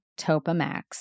Topamax